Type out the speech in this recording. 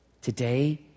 today